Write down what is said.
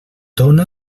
dóna